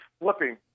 flipping